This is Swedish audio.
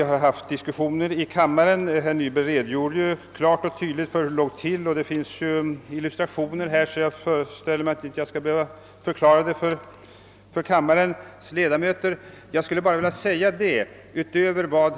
Herr Nyberg redogjorde klart för läget och det finns illustrationer i utlåtandet, så jag föreställer mig att jag inte behöver ge kammarens ledamöter ytterligare förklaringar.